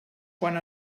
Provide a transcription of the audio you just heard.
quan